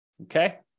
Okay